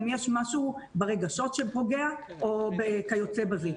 אם יש משהו שפוגע ברגשות או כיוצא בזה.